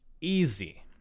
Easy